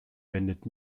wendet